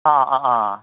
অঁ অঁ অঁ